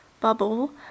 bubble